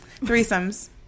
Threesomes